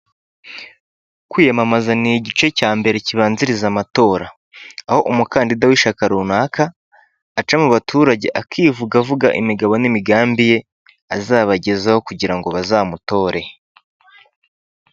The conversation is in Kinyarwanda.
Kwiyamamaza ni igice cya mbere kibanziriza amatora, aho umukandida w'ishyaka runaka aca mu baturage akivuga avuga imigabo n'imigambi ye azabagezaho kugirango bazamutore.